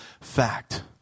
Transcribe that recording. fact